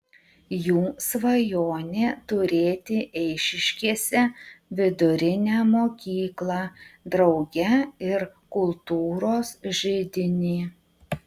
jų svajonė turėti eišiškėse vidurinę mokyklą drauge ir kultūros židinį